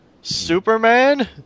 Superman